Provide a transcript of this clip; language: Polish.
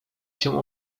cię